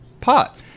pot